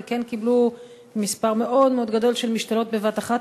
וכן קיבלו מספר מאוד מאוד גדול של משתלות בבת-אחת,